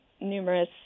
numerous